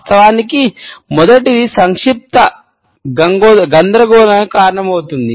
వాస్తవానికి మొదటిది సంక్షిప్తత గందరగోళానికి కారణమవుతుంది